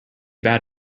bad